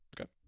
Okay